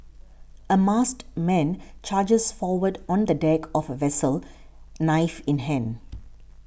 a masked man charges forward on the deck of a vessel knife in hand